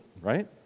right